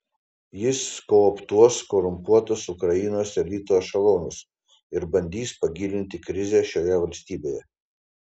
jis kooptuos korumpuotus ukrainos elito ešelonus ir bandys pagilinti krizę šioje valstybėje